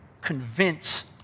convince